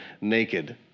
naked